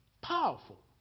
powerful